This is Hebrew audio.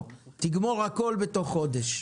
תגמור הכול בתוך חודש.